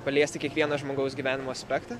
paliesti kiekvieno žmogaus gyvenimo aspektą